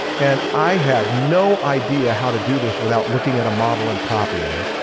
and i had no idea how to do this without looking at a model and copying.